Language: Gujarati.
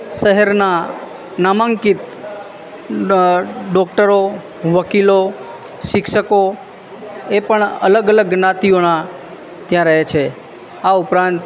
શહેરના નામાંકિત ડ ડોક્ટરો વકીલો શિક્ષકો એ પણ અલગ અલગ જ્ઞાતિઓના ત્યાં રહે છે આ ઉપરાંત